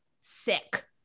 sick